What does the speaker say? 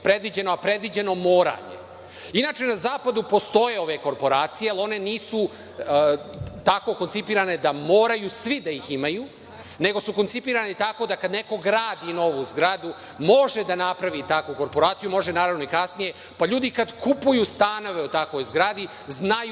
predviđeno, a predviđeno je moranje. Inače, na zapadu postoje ove korporacije, ali one nisu tako koncipirane da moraju svi da ih imaju, nego su koncipirane tako da kad neko gradi novu zgradu može da napravi takvu korporaciju, može, naravno, i kasnije, pa ljudi kad kupuju stanove u takvoj zgradi znaju